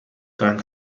gun